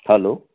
hello